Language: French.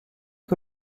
que